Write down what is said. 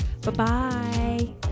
Bye-bye